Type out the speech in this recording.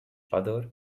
other